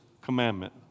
commandment